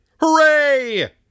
Hooray